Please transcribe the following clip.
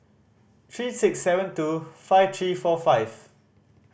three six seven two five three four five